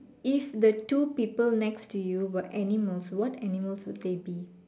if the two people next to you were animals what animals would they be